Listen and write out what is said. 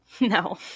No